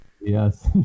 yes